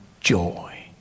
joy